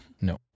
No